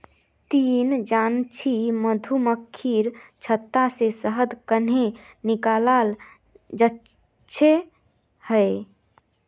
ती जानछि मधुमक्खीर छत्ता से शहद कंन्हे निकालाल जाच्छे हैय